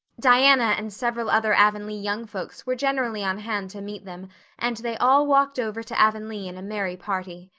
diana and several other avonlea young folks were generally on hand to meet them and they all walked over to avonlea in a merry party.